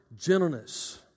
gentleness